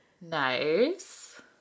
Nice